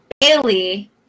Bailey